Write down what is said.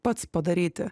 pats padaryti